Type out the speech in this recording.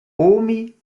omi